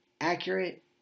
accurate